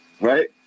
right